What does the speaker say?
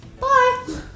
Bye